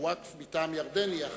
שהווקף מטעם ירדן יהיה אחראי,